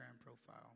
profile